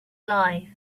life